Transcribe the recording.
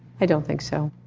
i don't think so.